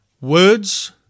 Words